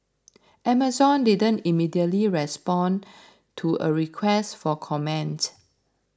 Amazon didn't immediately respond to a request for comment